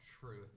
Truth